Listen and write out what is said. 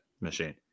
machine